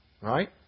right